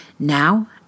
Now